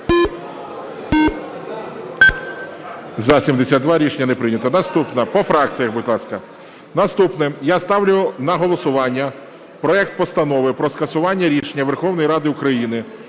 За-72 Рішення не прийнято. Наступна… По фракціях, будь ласка. Наступна. Я ставлю на голосування проект Постанови про скасування рішення Верховної Ради України